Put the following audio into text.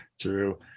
true